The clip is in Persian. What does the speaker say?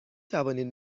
توانید